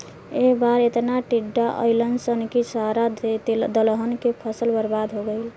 ए बार एतना टिड्डा अईलन सन की सारा दलहन के फसल बर्बाद हो गईल